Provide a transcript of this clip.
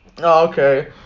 Okay